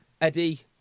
Eddie